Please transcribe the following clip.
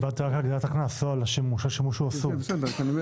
דיברתי על הגדלת הקנס, לא על השימוש.